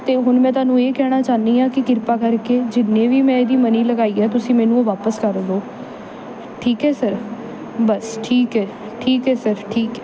ਅਤੇ ਹੁਣ ਮੈਂ ਤੁਹਾਨੂੰ ਇਹ ਕਹਿਣਾ ਚਾਹੁੰਦੀ ਹਾਂ ਕਿ ਕਿਰਪਾ ਕਰਕੇ ਜਿੰਨੀ ਵੀ ਮੈਂ ਇਹਦੀ ਮਨੀ ਲਗਾਈ ਹੈ ਤੁਸੀਂ ਮੈਨੂੰ ਉਹ ਵਾਪਿਸ ਕਰ ਦਿਓ ਠੀਕ ਹੈ ਸਰ ਬਸ ਠੀਕ ਹੈ ਠੀਕ ਹੈ ਸਰ ਠੀਕ ਹੈ